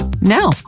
now